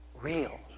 real